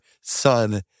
Son